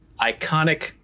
iconic